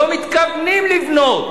לא מתכוונים לבנות.